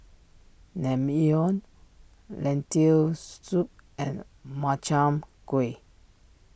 Naengmyeon Lentil Soup and Makchang Gui